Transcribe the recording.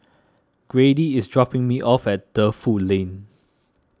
Grady is dropping me off at Defu Lane